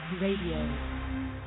Radio